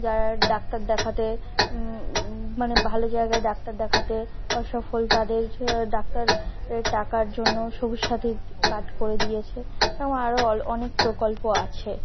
যারা ডাক্তার দেখাতে মানে ভালো জায়গায় ডাক্তার দেখাতে অসফল তাদের য ডাক্তারের টাকার জন্য সবুজ সাথী কার্ড করে দিয়েছে এরম আরো অল অনেক প্রকল্প আছে